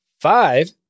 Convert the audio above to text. five